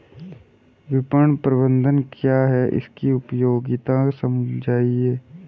विपणन प्रबंधन क्या है इसकी उपयोगिता समझाइए?